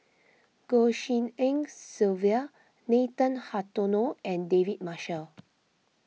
Goh Tshin En Sylvia Nathan Hartono and David Marshall